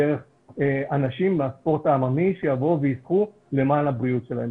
אנשים מהספורט העממי שישחו למען הבריאות שלהם.